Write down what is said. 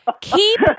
keep